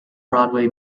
broadway